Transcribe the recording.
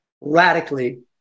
radically